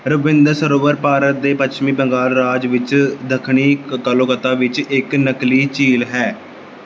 ਰਬਿੰਦਰ ਸਰੋਵਰ ਭਾਰਤ ਦੇ ਪੱਛਮੀ ਬੰਗਾਲ ਰਾਜ ਵਿੱਚ ਦੱਖਣੀ ਕੋਲਬਤਾ ਵਿੱਚ ਇੱਕ ਨਕਲੀ ਝੀਲ ਹੈ